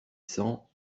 cents